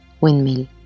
windmill